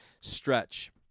stretch